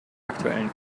aktuellen